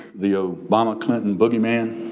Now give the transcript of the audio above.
the obama, clinton boogeyman